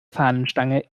fahnenstange